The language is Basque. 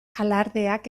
alardeak